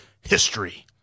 history